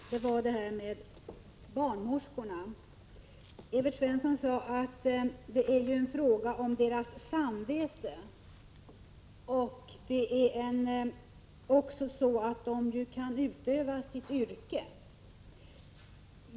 Fru talman! Det var det där med barnmorskorna. Evert Svensson sade att det är en fråga om deras samvete och att de kan utöva sitt yrke.